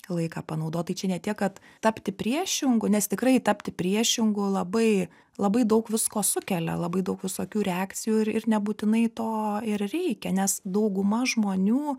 laiką panaudot čia ne tiek kad tapti priešingu nes tikrai tapti priešingu labai labai daug visko sukelia labai daug visokių reakcijų ir ir nebūtinai to ir reikia nes dauguma žmonių